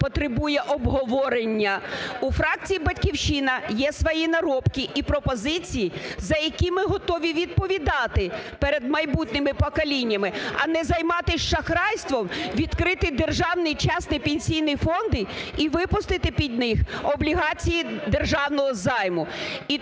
потребує обговорення. У фракції "Батьківщина" свої наробки і пропозиції, за які ми готові відповідати перед майбутніми поколіннями, а не займатись шахрайством – відкрити державні, частні пенсійні фонди і випустити під них облігації державного займу.